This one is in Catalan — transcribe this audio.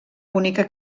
bonica